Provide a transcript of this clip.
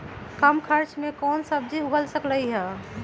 कम खर्च मे कौन सब्जी उग सकल ह?